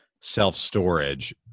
self-storage